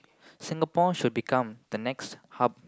Singapore should become the next hub